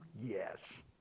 Yes